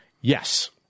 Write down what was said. Yes